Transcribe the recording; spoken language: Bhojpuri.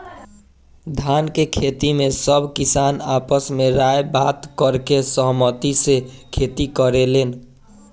धान के खेती में सब किसान आपस में राय बात करके सहमती से खेती करेलेन